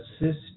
assist